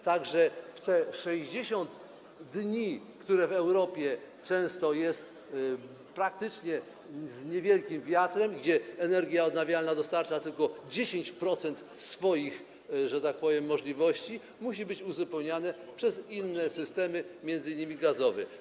Tak że przy 60 dniach, które w Europie często są praktycznie z niewielkim wiatrem, gdzie energia odnawialna dostarcza tylko 10% swoich, że tak powiem, możliwości, to musi być uzupełniane przez inne systemy, m.in. gazowy.